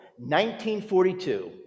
1942